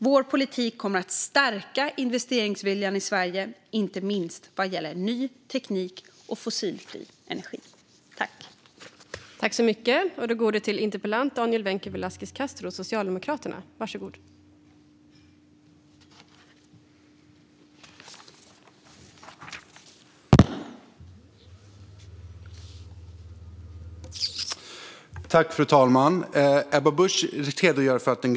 Vår politik kommer att stärka investeringsviljan i Sverige, inte minst vad gäller ny teknik och fossilfri energi.